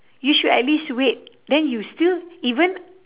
you should at least wait then you still even